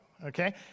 okay